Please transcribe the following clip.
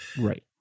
right